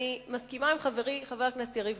אני מסכימה עם חברי חבר הכנסת יריב